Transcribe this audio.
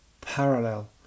parallel